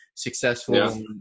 successful